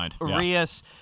Arias